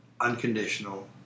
unconditional